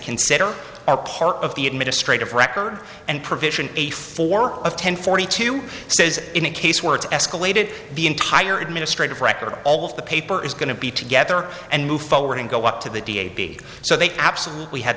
consider are part of the administrative record and provision a for of ten forty two says in a case where it's escalated the entire administrative record all of the paper is going to be together and move forward and go up to the da be so they absolutely had